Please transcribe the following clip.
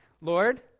Lord